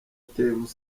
tmc